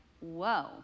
whoa